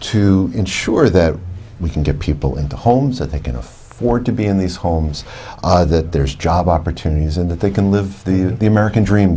to ensure that we can get people into homes that they can afford to be in these homes that there's job opportunities and that they can live the american dream